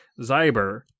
Zyber